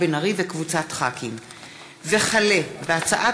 וכלה בהצעת